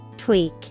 Tweak